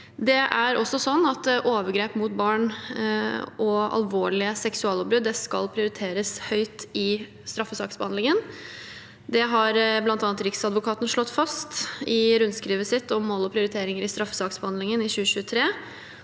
Overgrep mot barn og alvorlige seksuallovbrudd skal også prioriteres høyt i straffesaksbehandlingen. Det har bl.a. Riksadvokaten slått fast i sitt rundskriv om mål og prioriteringer i straffesaksbehandlingen i 2023,